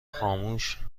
خاموش